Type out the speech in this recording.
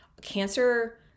Cancer